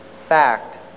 fact